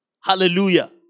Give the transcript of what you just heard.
Hallelujah